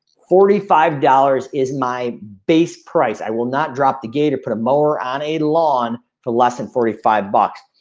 forty five dollars is my base price. i will not drop the gate to put a mower on a lawn for less than forty-five bucks.